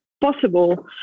possible